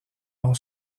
l’on